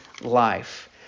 life